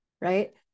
right